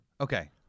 Okay